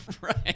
Right